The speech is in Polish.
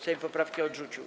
Sejm poprawki odrzucił.